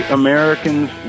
Americans